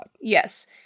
Yes